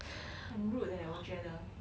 很 rude leh 我觉得